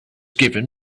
given